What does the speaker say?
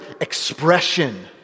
expression